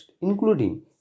including